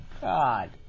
God